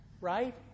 right